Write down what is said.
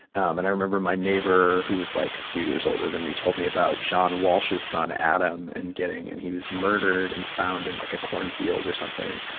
and i remember my neighbor, who was like a few years older than me, told me about john walsh's son, adam, and getting, and he was murdered and found in like a cornfield or something.